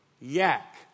Yak